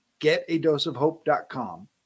getadoseofhope.com